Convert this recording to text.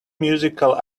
musical